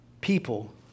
people